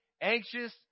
anxious